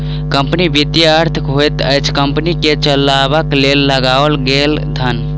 company वित्तक अर्थ होइत अछि कम्पनी के चलयबाक लेल लगाओल गेल धन